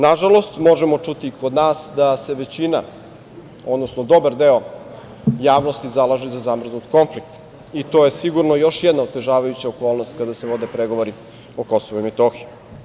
Nažalost, možemo čuti kod nas da se većina, odnosno dobar deo javnosti zalaže za zamrznut konflikt i to je sigurno još jedna otežavajuća okolnost kada se vode pregovori o Kosovu i Metohiji.